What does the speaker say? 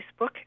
Facebook